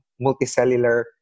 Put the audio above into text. multicellular